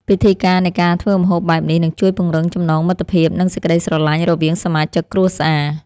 ពិធីការនៃការធ្វើម្ហូបបែបនេះនឹងជួយពង្រឹងចំណងមិត្តភាពនិង សេចក្តីស្រឡាញ់រវាងសមាជិកគ្រួសារ។